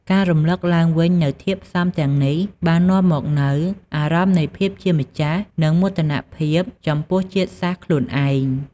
ការរំឭកឡើងវិញនូវធាតុផ្សំទាំងនេះបាននាំមកនូវ អារម្មណ៍នៃភាពជាម្ចាស់ និងមោទនភាពចំពោះជាតិសាសន៍ខ្លួនឯង។